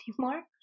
anymore